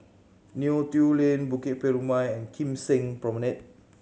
Neo Tiew Lane Bukit Purmei and Kim Seng Promenade